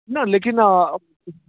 न लेकिन